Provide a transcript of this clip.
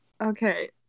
Okay